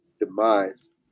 demise